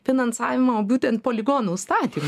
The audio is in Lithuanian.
finansavimą o būtent poligonų statymui